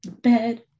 bed